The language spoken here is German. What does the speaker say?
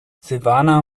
silvana